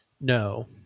no